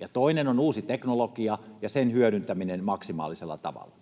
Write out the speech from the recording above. ja toinen on uusi teknologia ja sen hyödyntäminen maksimaalisella tavalla.